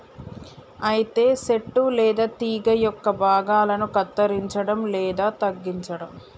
అయితే సెట్టు లేదా తీగ యొక్క భాగాలను కత్తిరంచడం లేదా తగ్గించడం